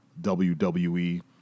WWE